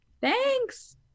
Thanks